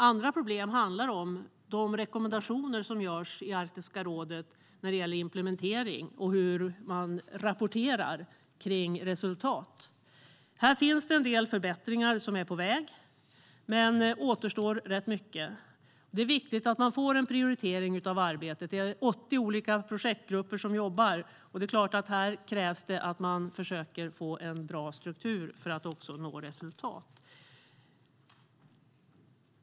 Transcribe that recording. Andra problem handlar om de rekommendationer som görs i Arktiska rådet när det gäller implementering och hur man rapporterar kring resultat. Det är en del förbättringar på väg, men det återstår rätt mycket. Det är viktigt att man får en prioritering av arbetet. Det är 80 olika projektgrupper som jobbar, och det är klart att det krävs att man försöker få en bra struktur för att också nå resultat.